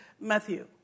Matthew